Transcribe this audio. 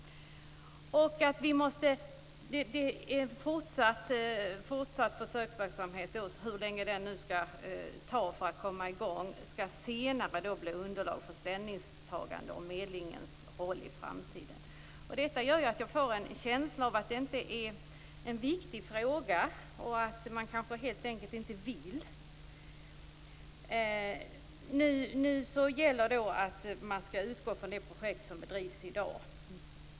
Det gäller alltså hur långt det skall ta innan den fortsatta försöksverksamheten kommer i gång. Den skall senare bli underlag för ställningstagande om medlingens roll i framtiden. Detta gör att jag får en känsla av att detta inte är en viktig fråga. Man kanske helt enkelt inte vill. Nu gäller att man skall utgå från de projekt som bedrivs i dag.